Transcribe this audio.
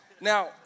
Now